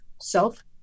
self